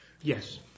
Yes